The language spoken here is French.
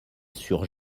sur